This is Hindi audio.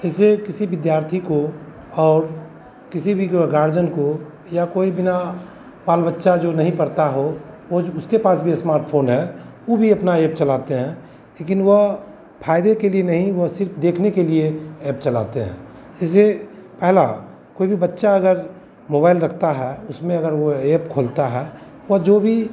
जैसे किसी विद्यार्थी को और किसी भी गार्जियन को या कोई बिना बाल बच्चा जो नहीं पढ़ता हो वह जो उसके पास भी इस्मार्टफोन है वह भी अपना एप चलाते हैं लेकिन वह फ़ायदे के लिए नहीं वह सिर्फ़ देखने के लिए ऐप चलाते हैं जैसे पहला कोई भी बच्चा अगर मोबाइल रखता है उसमें अगर वह एप खोलता है वह जो भी